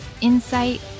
insight